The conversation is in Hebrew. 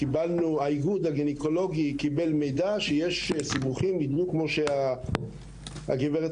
האיגוד הגניקולוגי קיבל מידע שיש סיבוכים כמו שאמרה חברת